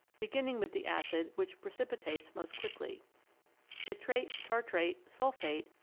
beginning with the acid which precipitates most quickly citrate, tartrate, sulphate,